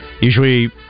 usually